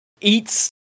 eats